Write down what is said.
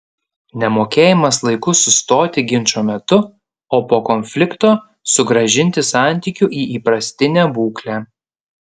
nemokėjimas laiku sustoti ginčo metu o po konflikto sugrąžinti santykių į įprastinę būklę